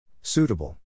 Suitable